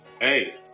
hey